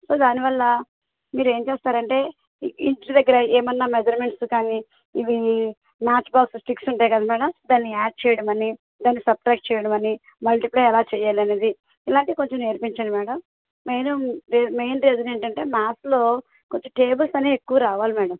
so దాని వల్ల మీరు ఏమి చేస్తారంటే ఇంటి దగ్గర ఏమన్న మేజర్ మెంట్స్ కానీ ఇవీ మ్యాచ్బాక్స్ స్టిక్స్ ఉంటాయి కదా మేడం దాన్ని యాడ్ చేయడం అనీ దాన్ని సుబ్ట్రాక్ట్ చేయడం అనీ మల్టీప్లే ఎలా చేయాలి అనేది ఇలాంటివి కొంచెం నేర్పించండి మేడం మెయిన్ మెయిన్ రీసన్ ఏంటంటే మ్యాథ్స్లో కొంచెం టేబుల్స్ అనేవి ఎక్కువ రావాలి మేడం